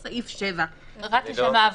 בקצרה על סעיף 8. תודה רבה.